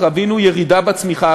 חווינו ירידה בצמיחה,